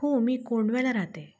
हो मी कोंडव्याला राहते